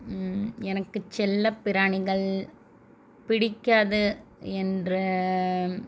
எனக்கு செல்ல பிராணிகள் பிடிக்காது என்ற